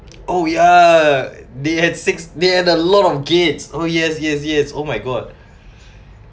oh ya they had six they had a lot of gates oh yes yes yes oh my god